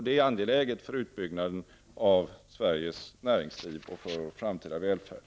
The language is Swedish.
Det är angeläget för utbyggnaden av Sveriges näringsliv och för vår framtida välfärd.